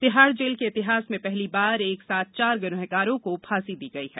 Tihar jail के इतिहास में पहली बार एक साथ चार गुनाहगारों को फांसी दी गई है